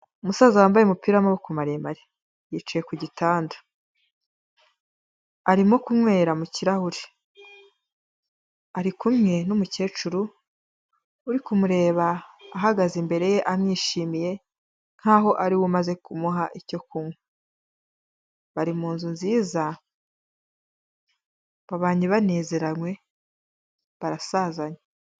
Umusaza wambaye umupira w'amaboko maremare, yicaye ku gitanda, arimo kunywera mu kirahure, ari kumwe n'umukecuru uri kumureba ahagaze imbere ye amwishimiye nkaho ari we umaze kumuha icyo kunywa, bari mu nzu nziza banezerewe barasazanye.